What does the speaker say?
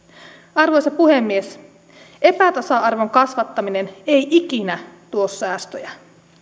arvoisa puhemies epätasa arvon kasvattaminen ei ikinä tuo säästöjä